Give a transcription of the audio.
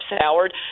Howard